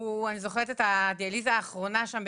אני זוכרת את הדיאליזה האחרונה שם,